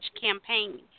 campaign